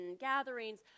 gatherings